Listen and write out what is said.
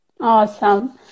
Awesome